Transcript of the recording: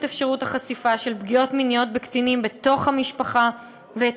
אפשרות החשיפה של פגיעות מיניות בקטינים בתוך המשפחה ואת